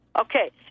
Okay